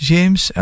James